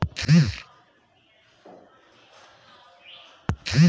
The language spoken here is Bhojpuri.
बचत खाता क ब्याज दर कम होला